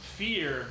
fear